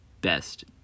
best